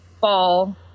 fall